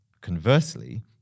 Conversely